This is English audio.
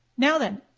now then,